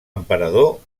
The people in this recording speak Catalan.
emperador